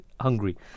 hungry